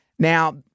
Now